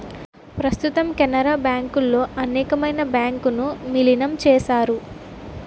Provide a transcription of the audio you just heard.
ప్రస్తుతం కెనరా బ్యాంకులో అనేకమైన బ్యాంకు ను విలీనం చేశారు